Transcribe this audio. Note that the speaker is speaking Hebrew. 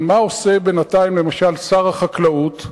אבל מה עושה בינתיים למשל שר החקלאות?